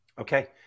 Okay